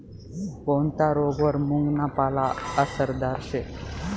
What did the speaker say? कोनता रोगवर मुंगना पाला आसरदार शे